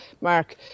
Mark